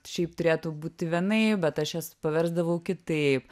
šiaip turėtų būti vienaip bet aš jas paversdavau kitaip